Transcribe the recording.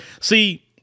see